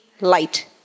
light